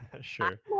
Sure